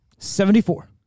Seventy-four